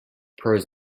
pros